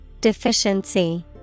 Deficiency